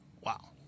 wow